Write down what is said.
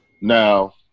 now